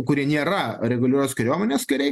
kuri nėra reguliarios kariuomenės kariai